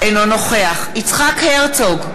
אינו נוכח יצחק הרצוג,